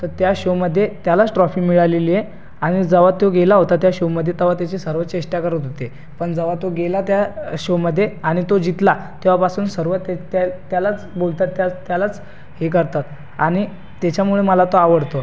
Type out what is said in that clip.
तर त्या शोमध्ये त्यालाच ट्रॉफी मिळालेली आहे आणि जेव्हा तो गेला होता त्या शोमध्ये तेव्हा त्याची सर्व त्याची चेष्टा करत होते पण जेव्हा तो गेला त्या शोमध्ये आणि तो जितला तेव्हापासून सर्व ते त्या त्यालाच बोलतात त्या त्यालाच हे करतात आणि त्याच्यामुळे मला तो आवडतो